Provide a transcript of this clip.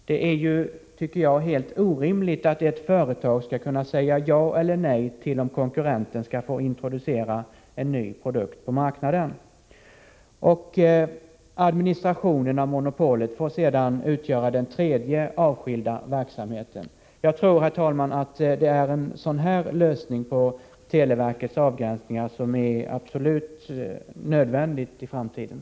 Det är helt orimligt att ett företag skall kunna säga ja eller nej till att en konkurrent får introducera en ny produkt på marknaden. Administrationen av monopolet får sedan utgöra den tredje avskilda verksamheten! Jag tror, herr talman, att en lösning av det slag som jag här nämnt är absolut nödvändig i framtiden när det gäller att avgränsa televerkets verksamhetsområde.